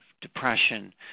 depression